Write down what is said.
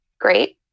Great